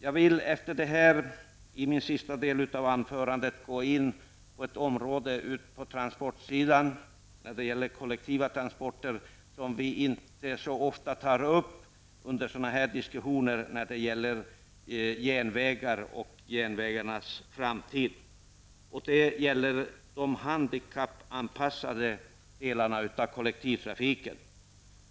Jag vill efter detta i min sista del av anförandet gå in på ett område som rör kollektiva transporter och som vi inte så ofta tar upp i sådana här diskussioner gällande järnvägar och järnvägarnas framtid, nämligen de handikappanpassade delarna av kollektivtrafiken.